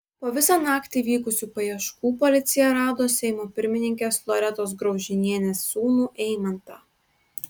po visą naktį vykusių paieškų policija rado seimo pirmininkės loretos graužinienės sūnų eimantą